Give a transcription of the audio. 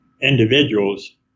individuals